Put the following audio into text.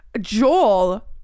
joel